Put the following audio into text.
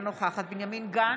אינה נוכחת בנימין גנץ,